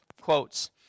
quotes